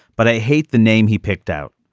but i hate the name he picked out.